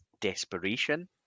desperation